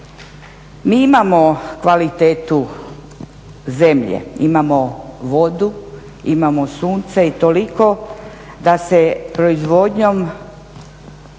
Mi imamo kvalitetu zemlje, imamo vodu, imamo sunce i toliko da se proizvodnjom